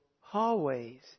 hallways